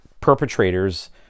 perpetrators